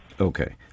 Okay